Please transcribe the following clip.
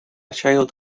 child